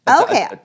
Okay